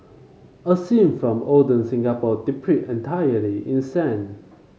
a scene from olden Singapore entirely in sand